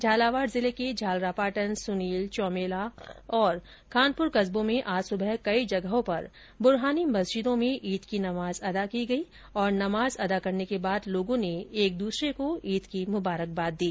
झालावाड़ जिले के झालारापाटन सुनेल चोमैला और खांनपुर कस्बो में आज सुबह कई जगहों पर बुरहानी मस्जिदों में ईद की नमाज अदा की गई और नमाज अदा करने के बोद लोगों ने एक दूसरे को ईद की मुबारकबाद दी